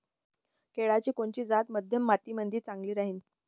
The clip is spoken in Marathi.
केळाची कोनची जात मध्यम मातीमंदी चांगली राहिन?